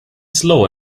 slow